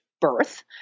birth